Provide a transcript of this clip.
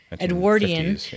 Edwardian